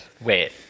wait